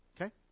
Okay